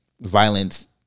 violence